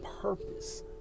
purpose